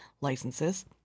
licenses